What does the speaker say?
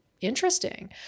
interesting